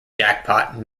jackpot